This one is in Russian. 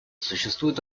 существуют